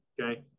okay